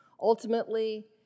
Ultimately